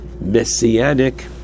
messianic